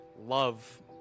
love